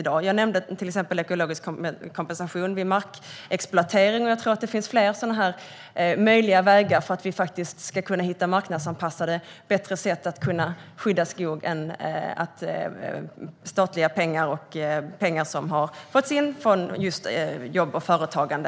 Jag nämnde till exempel ekologisk kompensation vid markexploatering, och jag tror att det finns fler sådana vägar för att vi ska kunna hitta marknadsanpassade och bättre sätt att skydda skog än med statliga pengar och pengar som har tagits in från jobb och företagande.